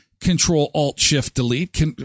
Control-Alt-Shift-Delete